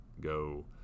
go